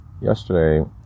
yesterday